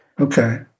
Okay